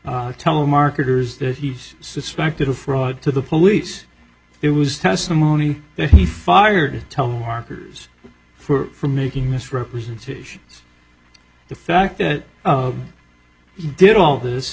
telemarketers that he's suspected of fraud to the police it was testimony that he fired telemarketers for making misrepresentations the fact that he did all this